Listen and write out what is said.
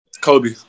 Kobe